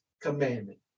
commandment